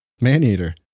Maneater